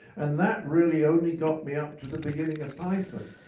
and that really only got me up to the beginning of python.